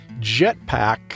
Jetpack